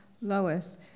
Lois